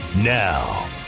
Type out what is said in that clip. now